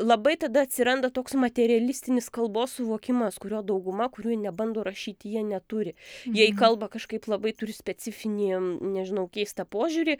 labai tada atsiranda toks materialistinis kalbos suvokimas kurio dauguma kurie nebando rašyti jie neturi jie į kalbą kažkaip labai turi specifinį nežinau keistą požiūrį